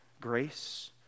grace